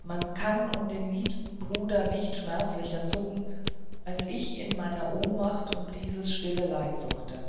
man kann um den liebsten bruder nicht schmerzlicher zucken als ich in meiner ohnmacht um dieses stille leid zuckte